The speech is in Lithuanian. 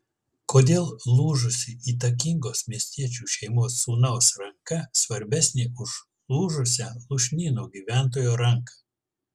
kodėl lūžusi įtakingos miestiečių šeimos sūnaus ranka svarbesnė už lūžusią lūšnyno gyventojo ranką